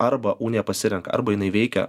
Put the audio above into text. arba unija pasirenka arba jinai veikia